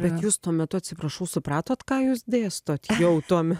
bet jūs tuo metu atsiprašau supratot ką jūs dėstot jau tuo metu